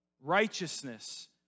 righteousness